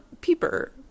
peeper